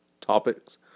topics